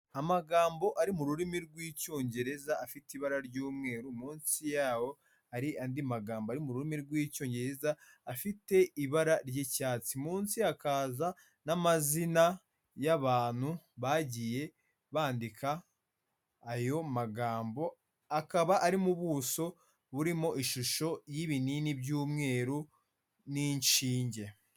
Amagambo ari mu rurimi rw'icyongereza afite ibara ry'umweru munsi yaho hari andi magambo ari mu rurimi rw'icyongereza afite ibara ry'icyatsi, munsi hakaza n'amazina y'abantu bagiye bandika ayo magambo, akaba ari mu buso burimo ishusho y'ibinini by'umweru n'inshinge.